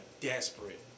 desperate